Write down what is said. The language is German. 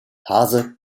hase